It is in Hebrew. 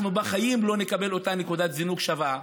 אנחנו בחיים לא נקבל את נקודת הזינוק השווה.